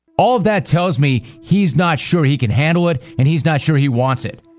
all of that tells me he's not sure he can handle it and he's not sure he wants it.